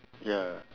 ya